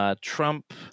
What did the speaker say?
Trump